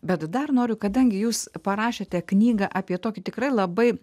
bet dar noriu kadangi jūs parašėte knygą apie tokį tikrai labai